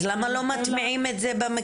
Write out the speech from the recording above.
אז למה לא מטמיעים את זה במקלטים?